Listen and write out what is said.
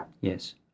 Yes